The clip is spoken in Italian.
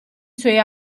suoi